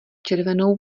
červenou